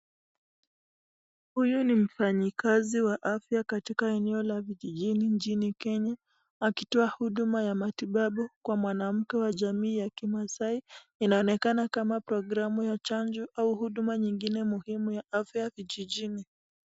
Huyu ni mfanyikazi wa afya katika eneo la vijijini nchini Kenya, akitoa huduma ya matibabu kwa mwanamke wa jamii ya kimaasai. Inaonekana kama programu ya chanjo au huduma nyingine muhimu ya afya vijijini.